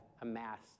amassed